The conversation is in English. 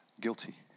Guilty